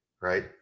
Right